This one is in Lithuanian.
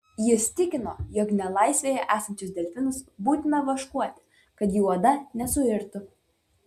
jis tikino jog nelaisvėje esančius delfinus būtina vaškuoti kad jų oda nesuirtų